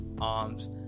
arms